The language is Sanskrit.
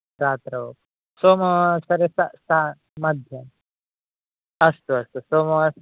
रात्रौ सोमवासरे सा मध्ये अस्तु अस्तु सोमवास